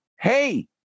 hey